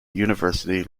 university